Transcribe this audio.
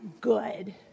good